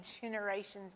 generations